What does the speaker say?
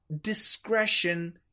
discretion